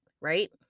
right